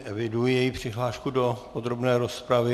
Eviduji její přihlášku do podrobné rozpravy.